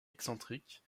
excentrique